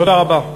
תודה רבה.